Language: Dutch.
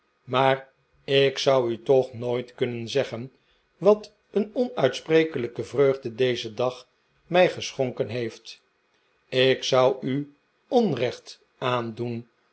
maar ik zou u toch nooit kunnen zeggen wat een onuitsprekelijke vreugde deze dag mij geschonken heeft ik zou u onrecht aandoen